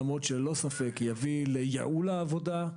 למרות שללא ספק יביא לייעול העבודה.